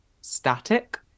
static